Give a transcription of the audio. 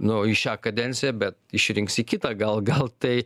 nu į šią kadenciją bet išrinks į kitą gal gal tai